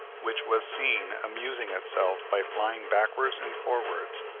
which was seen amusing itself by flying backwards and forwards,